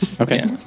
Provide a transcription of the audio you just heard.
Okay